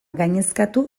gainezkatu